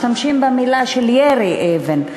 משתמשים במילה של ירי אבן,